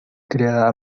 creada